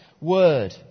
word